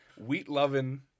wheat-loving